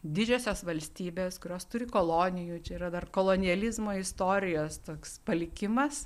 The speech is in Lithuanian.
didžiosios valstybės kurios turi kolonijų čia yra dar kolonializmo istorijos toks palikimas